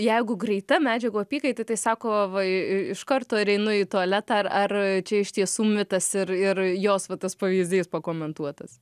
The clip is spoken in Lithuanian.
jeigu greita medžiagų apykaita tai sako va iš karto ir einu į tualetą ar ar čia iš tiesų mitas ir ir jos va tas pavyzdys pakomentuotas